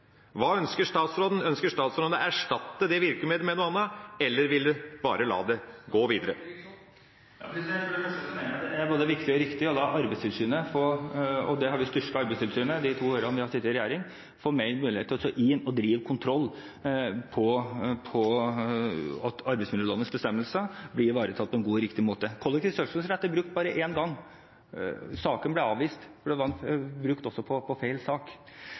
Hva ønsker statsråden? Ønsker statsråden å erstatte det virkemidlet med noe annet, eller vil han bare la det gå videre? For det første mener jeg det er både viktig og riktig å la Arbeidstilsynet – og vi har styrket Arbeidstilsynet de to årene vi har sittet i regjering – få større mulighet til å gå inn og drive kontroll med at arbeidsmiljølovens bestemmelser blir ivaretatt på en god og riktig måte. Kollektiv søksmålsrett er brukt bare en gang. Saken ble avvist, for den var også brukt på feil sak.